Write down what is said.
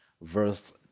verse